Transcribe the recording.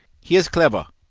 he is clever,